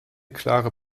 klare